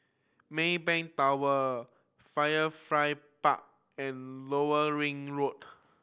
Maybank Tower Firefly Park and Lower Ring Road